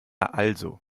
also